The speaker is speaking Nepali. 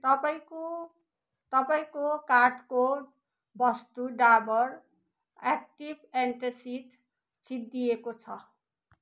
तपाईँको तपाईँको कार्टको वस्तु डाबर एक्टिभ एन्टासिड सिद्धिएको छ